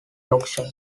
yorkshire